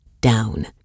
down